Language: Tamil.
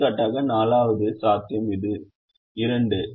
எடுத்துக்காட்டாக 4 வது சாத்தியம் இது 2